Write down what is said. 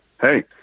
Hey